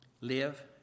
live